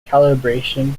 calibration